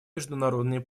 международные